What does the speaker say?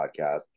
Podcast